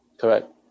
Correct